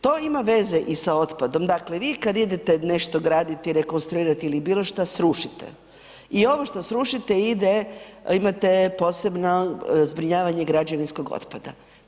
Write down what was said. To ima veze i sa otpadom, dakle vi kad idete nešto graditi, rekonstruirati ili bilo što srušite i ovo što srušite ide, imate posebno zbrinjavanje građevinskog otpada.